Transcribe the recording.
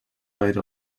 made